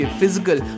physical